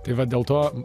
tai va dėl to